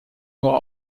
nur